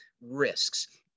risks